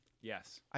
Yes